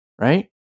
right